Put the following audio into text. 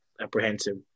apprehensive